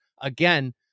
Again